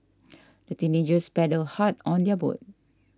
the teenagers paddled hard on their boat